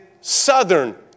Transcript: southern